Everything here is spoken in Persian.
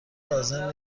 لازم